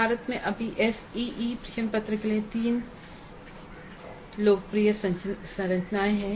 भारत में अभी एसईई प्रश्न पत्र के लिए 3 लोकप्रिय संरचनाएं हैं